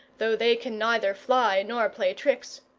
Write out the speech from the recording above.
though they can neither fly nor play tricks.